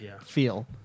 feel